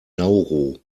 nauru